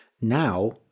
Now